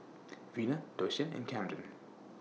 Vina Doshia and Kamden